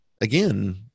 again